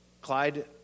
Clyde